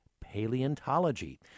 Paleontology